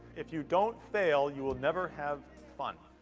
if you don't fail, you will never have fun.